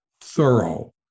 thorough